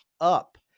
up